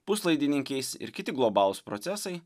puslaidininkiais ir kiti globalūs procesai